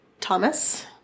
Thomas